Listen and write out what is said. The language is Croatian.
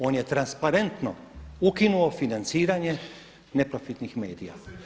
On je transparentno ukinuo financiranje neprofitnih medija.